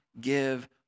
give